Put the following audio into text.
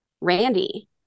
Randy